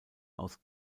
aus